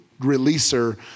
releaser